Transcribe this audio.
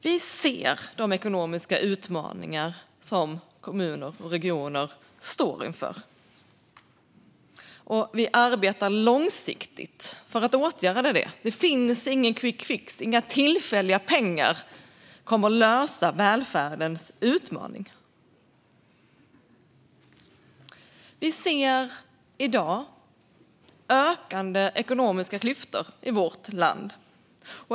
Vi ser de ekonomiska utmaningar som kommuner och regioner står inför, och vi arbetar långsiktigt för att åtgärda situationen. Det finns ingen quick fix; inga tillfälliga pengar kommer att lösa välfärdens utmaningar. Vi ser i dag ökande ekonomiska klyftor i vårt land.